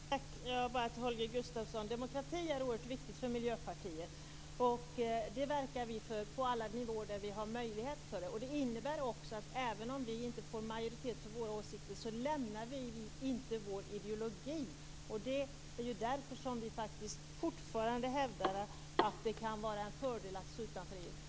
Fru talman! Till Holger Gustafsson: Demokrati är oerhört viktigt för Miljöpartiet. Det verkar vi för på alla nivåer där vi har möjlighet att göra det. Det innebär att även om vi inte får majoritet för våra åsikter, lämnar vi inte vår ideologi. Det är därför som vi fortfarande hävdar att det kan vara en fördel att stå utanför EU.